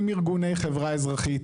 עם ארגוני חברה אזרחית,